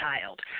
child